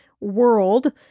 world